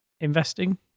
investing